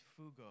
fugo